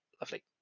Lovely